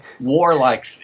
warlike